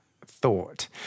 thought